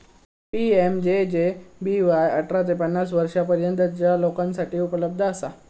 PMJJBY अठरा ते पन्नास वर्षांपर्यंतच्या लोकांसाठी उपलब्ध असा